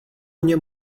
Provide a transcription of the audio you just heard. něm